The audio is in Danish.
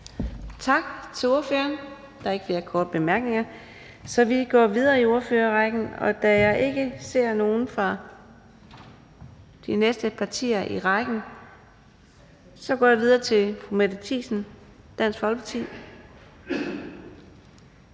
Tak til ordføreren. Der er ikke flere korte bemærkninger. Så vi går videre i ordførerrækken, og da jeg ikke ser nogen fra de næste partier i rækken, så går jeg videre til fru Mette Thiesen, Dansk Folkeparti.